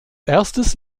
erstes